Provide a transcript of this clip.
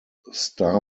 starr